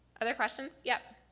other questions, yep?